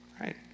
right